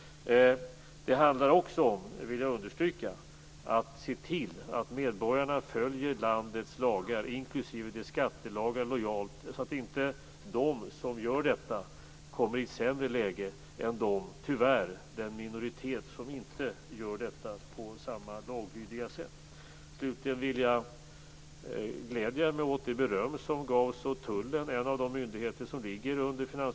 Jag vill understryka att det också handlar om att se till att medborgarna följer landets lagar inklusive dess skattelagar lojalt så att inte de som gör detta kommer i ett sämre läge än den minoritet som tyvärr inte gör detta på samma laglydiga sätt. Slutligen gläder jag mig åt det beröm som gavs åt Tullen för dess insatser och dess principiella inriktning.